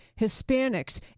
Hispanics